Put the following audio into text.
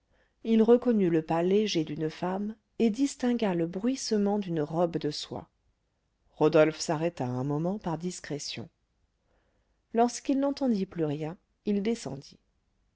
il reconnut le pas léger d'une femme et distingua le bruissement d'une robe de soie rodolphe s'arrêta un moment par discrétion lorsqu'il n'entendit plus rien il descendit